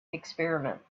experiment